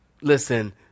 listen